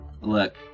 Look